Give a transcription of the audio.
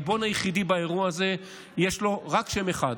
הריבון היחידי באירוע הזה יש לו רק שם אחד,